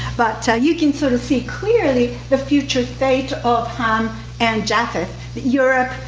but you can sort of see clearly the future fate of ham and japheth, europe,